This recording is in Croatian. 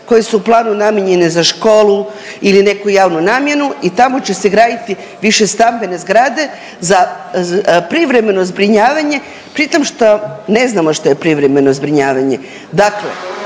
koje su planu namijenjene za školu ili neku javnu namjenu i tamo će se graditi višestambene zgrade za privremeno zbrinjavanje, pritom što ne znamo što je privremeno zbrinjavanje.